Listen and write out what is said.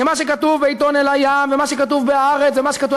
שמה שכתוב בעיתון "אל-איאם" ומה שכתוב ב"הארץ" ומה שכתוב,